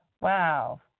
Wow